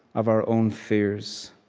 of our own fears.